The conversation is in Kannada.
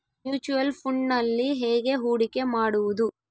ಮ್ಯೂಚುಯಲ್ ಫುಣ್ಡ್ನಲ್ಲಿ ಹೇಗೆ ಹೂಡಿಕೆ ಮಾಡುವುದು?